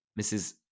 Mrs